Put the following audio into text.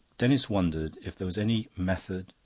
denis wondered if there was any method,